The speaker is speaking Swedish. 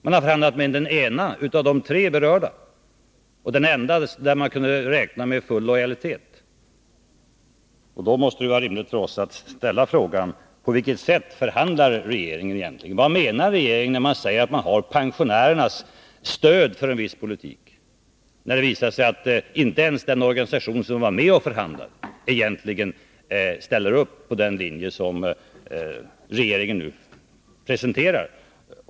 Man har förhandlat med en av de tre berörda organisationerna, den enda där man kunde räkna med full lojalitet. Då måste det vara rimligt för oss att ställa frågorna: På vilket sätt förhandlar egentligen regeringen? Vad menar regeringen när man säger att man har pensionärernas stöd för en viss politik, och det visar sig att inte ens den organisation som var med och förhandlade ställer upp för den linje som regeringen nu presenterar?